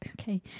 Okay